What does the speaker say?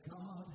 God